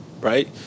right